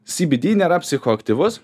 sybydy nėra psichoaktyvus